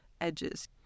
edges